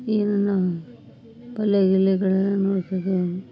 ಇನ್ನು ಪಲ್ಯ ಗಿಲ್ಯಗಳೆಲ್ಲ ನೋಡ್ತಿದ್ವು